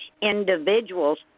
individual's